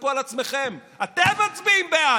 תצעקו על עצמכם, אתם מצביעים בעד.